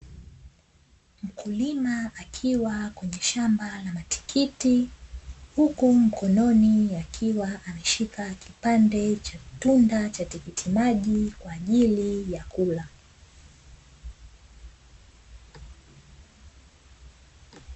Mkulima akiwa kwenye shamba la matikiti huku mkononi akiwa ameshika kipande cha tunda cha tikiti maji kwa ajili ya kula.